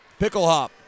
Picklehop